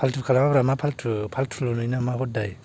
फालथु खालामा ब्रा मा फालथु फालथुल' नुयो नामा हदाय